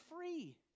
free